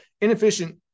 Inefficient